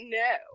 no